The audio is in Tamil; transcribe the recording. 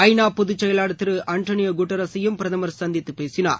ஐ நா பொதுச்செயலர் திரு அண்டோனியா குட்ரஸையும் பிரதமர் சந்தித்துப் பேசினார்